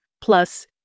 plus